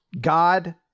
God